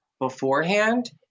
beforehand